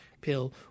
pill